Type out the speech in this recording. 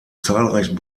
zahlreichen